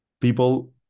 People